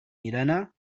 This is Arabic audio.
لنا